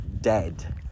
Dead